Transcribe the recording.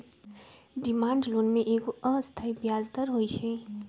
demand loan में एगो अस्थाई ब्याज दर होइ छइ